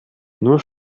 nur